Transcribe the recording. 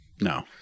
No